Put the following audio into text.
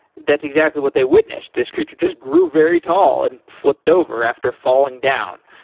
that's exactly what they witnessed. this creature just grew very tall and flipped over after falling down.